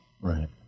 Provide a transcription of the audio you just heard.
Right